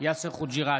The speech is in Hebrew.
יאסר חוג'יראת,